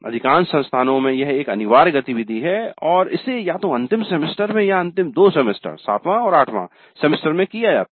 अधिकांश संस्थानों में यह एक अनिवार्य गतिविधि है और इसे या तो अंतिम सेमेस्टर में या अंतिम दो सेमेस्टर 7वें और 8वें सेमेस्टर में किया जाता है